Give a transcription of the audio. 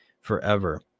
forever